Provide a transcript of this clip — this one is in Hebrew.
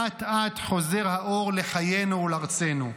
ואט-אט חוזר האור לחיינו ולארצנו.